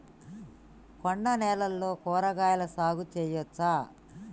కొండ నేలల్లో కూరగాయల సాగు చేయచ్చా?